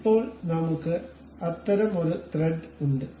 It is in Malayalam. ഇപ്പോൾ നമ്മുക്ക് അത്തരം ഒരു ത്രെഡ് ഉണ്ട്